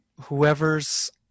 whoever's